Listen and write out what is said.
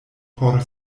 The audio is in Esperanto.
por